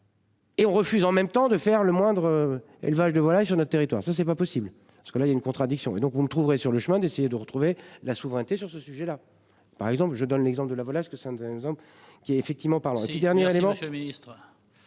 Et on refuse en même temps de faire le moindre élevages de volailles sur notre territoire. Ça c'est pas possible parce que là il y a une contradiction et donc vous ne trouverez sur le chemin d'essayer de retrouver la souveraineté sur ce sujet là par exemple je donne l'exemple de la volage ce que ça faisait un exemple qui est effectivement parlera et puis dernier élément,